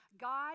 God